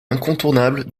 incontournable